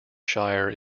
shire